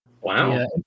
wow